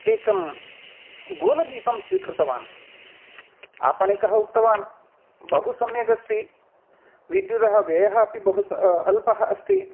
एकं गोलदीपं स्वीकृतवान् आपणिकः उक्तवान् बहुसम्यक् अस्ति विद्युतः व्ययः अपि बहु अल्पः अस्ति